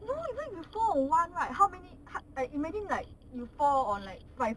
no even if you fall on one right how many part right imagine like if you fall on like five